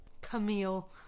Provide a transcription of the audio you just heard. Camille